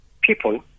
people